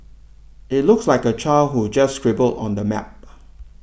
it looks like a child who just scribbled on the map